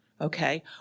Okay